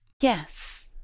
yes